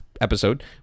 episode